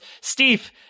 Steve